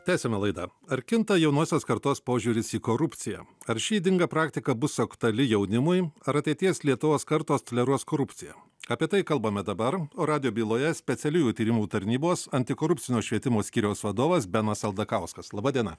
tęsiame laidą ar kinta jaunosios kartos požiūris į korupciją ar ši ydinga praktika bus aktuali jaunimui ar ateities lietuvos kartos toleruos korupciją apie tai kalbame dabar radijo byloje specialiųjų tyrimų tarnybos antikorupcinio švietimo skyriaus vadovas benas aldakauskas laba diena